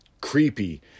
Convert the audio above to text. creepy